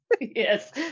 yes